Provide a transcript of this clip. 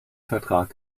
vertrag